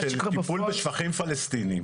של טיפול בשפכים פלסטינים